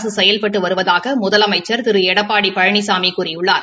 அரசு செயல்பட்டு வருவதாக முதலமைச்சா் திரு எடப்பாடி பழனிசாமி கூறியுள்ளார்